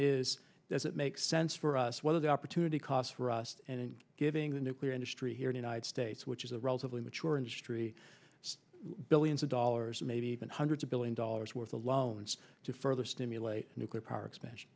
is does it make sense for us whether the opportunity costs for us and giving the nuclear industry here in united states which is a relatively mature industry billions of dollars or maybe even hundreds of billion dollars worth of loans to further stimulate nuclear power expansion